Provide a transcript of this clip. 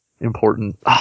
important